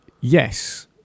Yes